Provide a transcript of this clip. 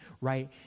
right